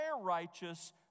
righteous